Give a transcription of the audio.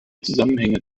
zusammenhänge